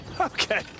Okay